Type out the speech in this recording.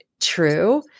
true